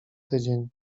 tydzień